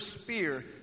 spear